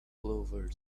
clovers